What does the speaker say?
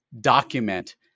document